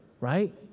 right